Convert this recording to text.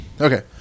Okay